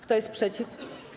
Kto jest przeciw?